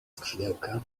skrzydełka